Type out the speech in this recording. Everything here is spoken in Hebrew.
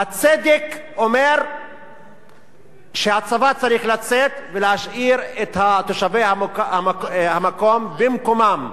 הצדק אומר שהצבא צריך לצאת ולהשאיר את תושבי המקום במקומם.